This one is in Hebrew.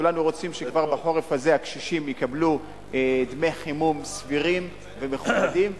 כולנו רוצים שכבר בחורף הזה הקשישים יקבלו דמי חימום סבירים ומכובדים,